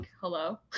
hello